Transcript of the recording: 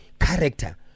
character